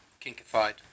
kinkified